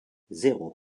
zéro